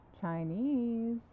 Chinese